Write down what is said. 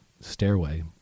stairway